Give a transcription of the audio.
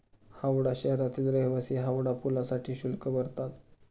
हावडा शहरातील रहिवासी हावडा पुलासाठी शुल्क भरतात